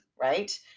right